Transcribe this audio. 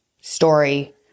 story